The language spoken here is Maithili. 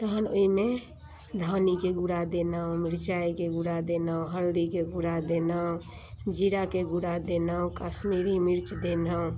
तहन ओइमे धनिके गूरा देलहुँ मिरचाइके गूरा देलहुँ हल्दीके गूरा देलहुँ जीराके गूरा देलहुँ कश्मीरी मिर्च देलहुँ